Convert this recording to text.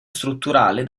strutturale